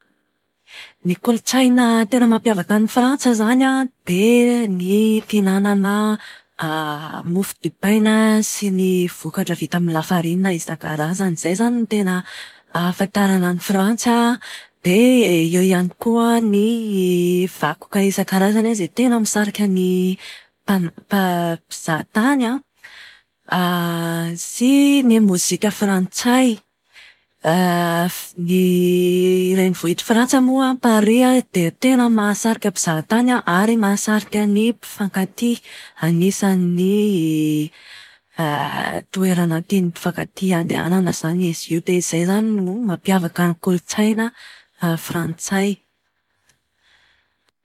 Ny kolotsaina tena mampiavaka an'i Frantsa izany an, dia ny fihinana mofo dipaina sy ny vokatra vita amin'ny lafarinina isan-karazany. Izay izany no tena ahafantarana an'i Frantsa dia eo ihany koa ny vakoka isan-karazany izay tena misarika ny mpan- mpan- mpizaha tany an. Sy ny mozika frantsay. Ny renivohitr'i Frantsa moa, Paris, dia tena mahasarika mpizaha tany an ary mahasarika ny mpifankatia. Anisan'ny toerana tian'ny mpifankatia andehanana zany izy io dia izay izany no mampiavaka ny kolotsaina frantsay.